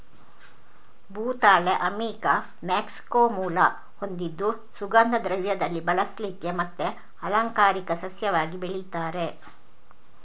ಭೂತಾಳೆ ಅಮಿಕಾ ಮೆಕ್ಸಿಕೋ ಮೂಲ ಹೊಂದಿದ್ದು ಸುಗಂಧ ದ್ರವ್ಯದಲ್ಲಿ ಬಳಸ್ಲಿಕ್ಕೆ ಮತ್ತೆ ಅಲಂಕಾರಿಕ ಸಸ್ಯವಾಗಿ ಬೆಳೀತಾರೆ